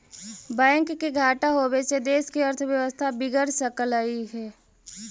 bank के घाटा होबे से देश के अर्थव्यवस्था बिगड़ सकलई हे